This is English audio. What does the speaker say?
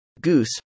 Goose